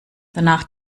danach